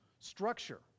structure